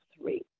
three